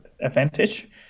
advantage